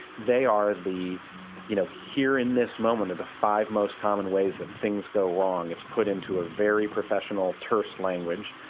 they are the you know, here in this moment are the five most common ways that things go wrong. it's put into a very professional, terse language.